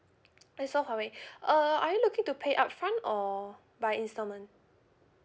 K so Huawei uh are you looking to pay upfront or by installment